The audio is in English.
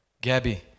Gabby